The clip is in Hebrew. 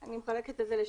אני מחלקת את זה לשניים.